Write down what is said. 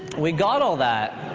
we've got all that,